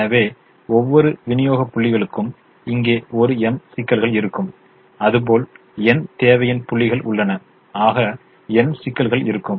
எனவே ஒவ்வொரு விநியோக புள்ளிகளுக்கும் இங்கே ஒரு m சிக்கல்கள் இருக்கும் அதுபோல் n தேவையின் புள்ளிகள் உள்ளன ஆக n சிக்கல்கள் இருக்கும்